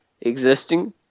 existing